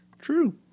True